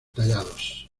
tallados